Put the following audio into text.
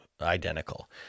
identical